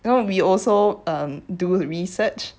you know we also um do research